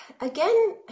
Again